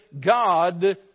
God